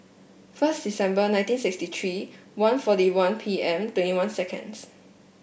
first December nineteen sixty three one forty one P M twenty one seconds